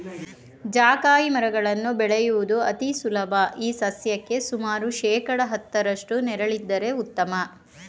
ಜಾಯಿಕಾಯಿ ಮರಗಳನ್ನು ಬೆಳೆಯುವುದು ಅತಿ ಸುಲಭ ಈ ಸಸ್ಯಕ್ಕೆ ಸುಮಾರು ಶೇಕಡಾ ಹತ್ತರಷ್ಟು ನೆರಳಿದ್ದರೆ ಉತ್ತಮ